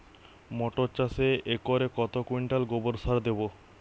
মটর চাষে একরে কত কুইন্টাল গোবরসার দেবো?